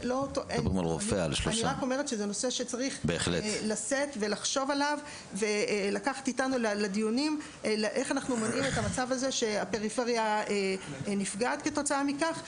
צריך לראות בדיונים איך אנחנו מונעים מהפריפריה להיפגע כתוצאה מכך.